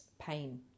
pain